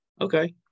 okay